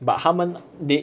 but 他们 they